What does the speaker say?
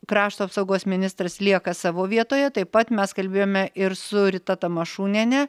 krašto apsaugos ministras lieka savo vietoje taip pat mes kalbėjome ir su rita tamašūniene